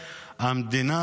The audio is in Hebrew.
המדינה,